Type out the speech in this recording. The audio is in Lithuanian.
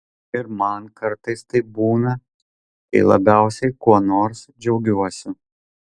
ir man kartais taip būna kai labiausiai kuo nors džiaugiuosi